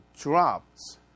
drops